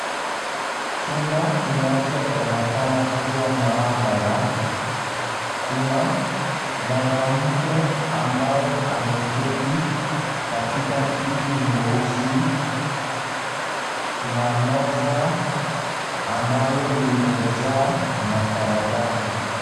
Chumba kinachoonekana kuwa maabara, kuna mwanamke ambaye ameketi katika kiti nyeusi na meza ambalo limejaa makaratasi.